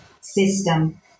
system